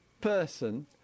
person